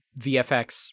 VFX